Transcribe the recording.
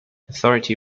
authority